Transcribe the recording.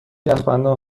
یخبندان